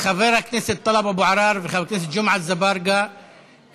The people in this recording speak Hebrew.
חבר הכנסת טלב אבו עראר וחבר הכנסת ג'מעה אזברגה תומכים